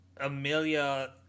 Amelia